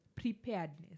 preparedness